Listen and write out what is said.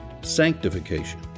sanctification